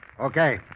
Okay